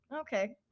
okay